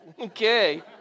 Okay